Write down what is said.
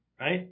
right